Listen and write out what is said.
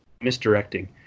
misdirecting